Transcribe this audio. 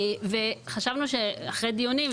חשבנו שאחרי דיונים,